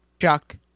Chuck